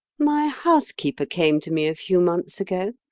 my housekeeper came to me a few months ago,